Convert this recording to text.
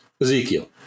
Ezekiel